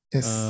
Yes